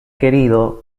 querido